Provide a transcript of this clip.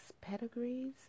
pedigrees